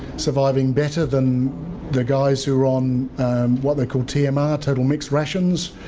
surviving better than the guys who're on what they called tmr, total mixed rations,